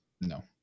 no